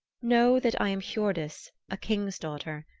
know that i am hiordis, a king's daughter.